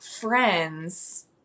friends